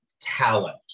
talent